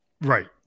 right